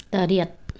ꯇꯔꯦꯠ